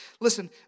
Listen